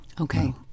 Okay